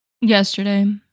Yesterday